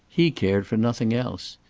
he cared for nothing else.